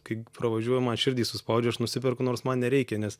kai pravažiuoji man širdį suspaudžia aš nusiperku nors man nereikia nes